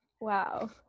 wow